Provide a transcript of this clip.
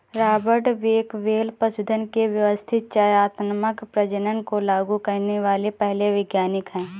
Robert Bakewell पशुधन के व्यवस्थित चयनात्मक प्रजनन को लागू करने वाले पहले वैज्ञानिक है